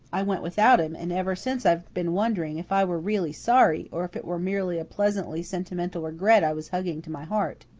i went without him and ever since i've been wondering if i were really sorry, or if it were merely a pleasantly sentimental regret i was hugging to my heart.